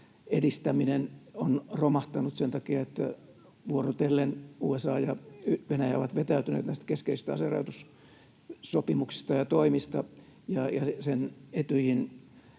edistäminen on romahtanut sen takia, että vuorotellen USA ja Venäjä ovat vetäytyneet keskeisistä aserajoitussopimuksista ja ‑toimista. Etyjin